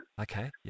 Okay